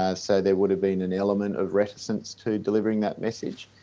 ah so there would have been an element of reticence to delivering that message.